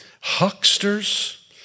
Hucksters